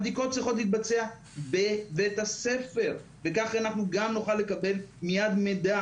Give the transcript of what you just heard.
הבדיקות צריכות להתבצע בבית הספר וכך אנחנו גם נוכל לקבל מיד מידע